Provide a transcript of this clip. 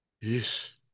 yes